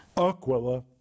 Aquila